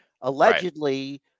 Allegedly